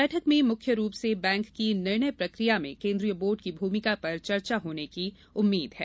बैठक में मुख्य रूप से बैंक की निर्णय प्रक्रिया में केन्द्रीय बोर्ड की भूमिका पर चर्चा होने की आशा है